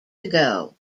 ago